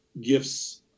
gifts